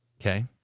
Okay